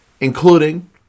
including